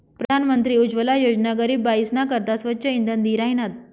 प्रधानमंत्री उज्वला योजना गरीब बायीसना करता स्वच्छ इंधन दि राहिनात